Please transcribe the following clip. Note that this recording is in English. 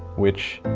which